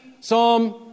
Psalm